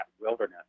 wilderness